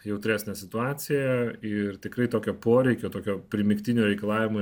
jautresnė situacija ir tikrai tokio poreikio tokio primygtinio reikalavimo